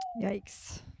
Yikes